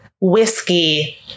whiskey